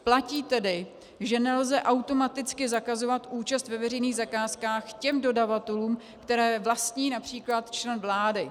Platí tedy, že nelze automaticky zakazovat účast ve veřejných zakázkách těm dodavatelům, které vlastní například člen vlády.